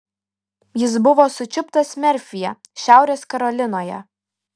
jis buvo sučiuptas merfyje šiaurės karolinoje